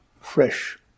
fresh